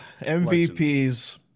MVPs